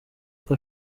uko